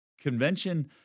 convention